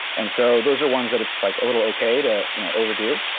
and so those are ones that it's like a little okay to you know overdo,